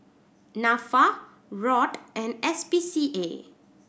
Nafa ROD and S P C A